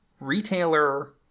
retailer